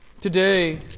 Today